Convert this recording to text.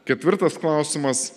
ketvirtas klausimas